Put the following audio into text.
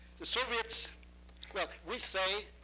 the soviets well, we say